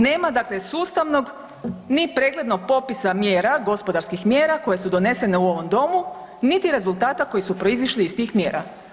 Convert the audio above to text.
Nema dakle sustavnog ni preglednog popisa mjera, gospodarskih mjera koje su donesene u ovom domu, niti rezultata koji su proizišli iz tih mjera.